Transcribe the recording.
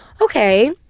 okay